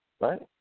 Right